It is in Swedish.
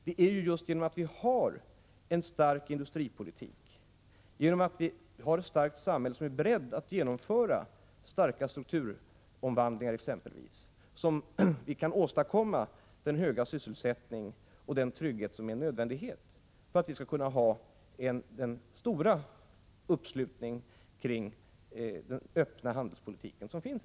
Det är ju just därför att vi har en stark industripolitik och ett starkt samhälle som vi kan genomföra exempelvis stora strukturomvandlingar, som kan åstadkomma den höga sysselsättning och den trygghet som är nödvändig för att vi skall kunna bevara den stora uppslutningen kring den öppna handelspolitiken i Sverige.